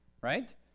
Right